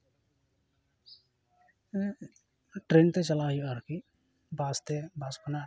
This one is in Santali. ᱴᱨᱮᱱᱛᱮ ᱪᱟᱞᱟᱜ ᱦᱩᱭᱩᱜᱼᱟ ᱟᱨᱠᱤ ᱵᱟᱥᱛᱮ ᱵᱟᱥ ᱠᱷᱚᱱᱟᱜ